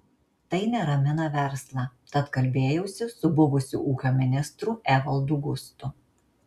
tai neramina verslą tad kalbėjausi su buvusiu ūkio ministru evaldu gustu